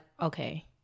okay